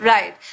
Right